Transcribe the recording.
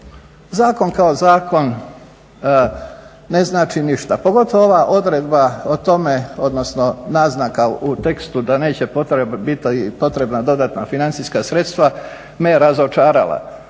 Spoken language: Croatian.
zakon kao zakon ne znači ništa, pogotovo ova naznaka u tekstu da neće biti potrebna dodatna financijska sredstva me je razočarala.